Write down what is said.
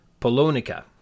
Polonica